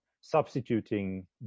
substituting